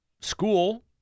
school